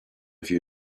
few